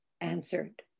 answered